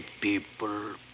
people